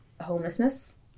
homelessness